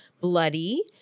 bloody